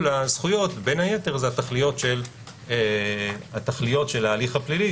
הזכויות בין היתר זה התכליות של ההליך הפלילי,